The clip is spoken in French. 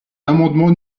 l’amendement